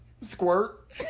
squirt